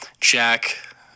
Jack